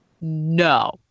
No